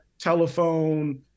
telephone